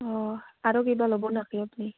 অঁ আৰু কিবা ল'ব নাকি আপুনি